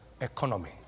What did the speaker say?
economy